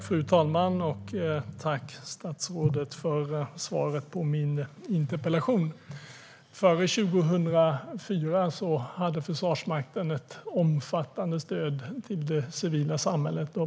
Fru talman! Tack, statsrådet, för svaret på min interpellation! Före 2004 hade Försvarsmakten ett omfattande stöd till det civila samhället.